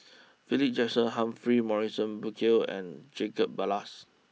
Philip Jackson Humphrey Morrison Burkill and Jacob Ballas